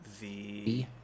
the-